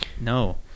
No